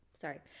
sorry